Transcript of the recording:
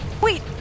Wait